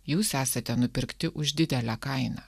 jūs esate nupirkti už didelę kainą